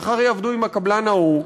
מחר יעבדו עם הקבלן ההוא.